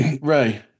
ray